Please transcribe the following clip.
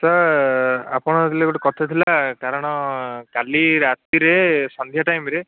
sir ଆପଣ ଥିଲେ ଗୋଟେ କଥା ଥିଲା କାରଣ କାଲି ରାତିରେ ସନ୍ଧ୍ୟା ଟାଇମରେ